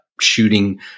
shooting